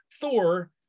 Thor